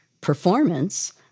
performance